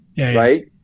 right